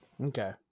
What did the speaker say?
Okay